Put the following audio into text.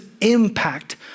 impact